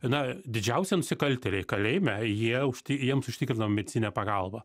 na didžiausi nusikaltėliai kalėjime jie užti jiems užtikrinam medicininę pagalbą